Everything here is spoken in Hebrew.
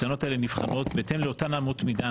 הטענות האלה נבחנות בהתאם לאותן אמות מידה.